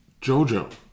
Jojo